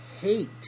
hate